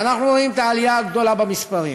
ואנחנו רואים את העלייה הגדולה במספרים.